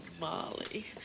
Molly